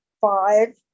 five